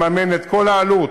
לממן את כל העלות.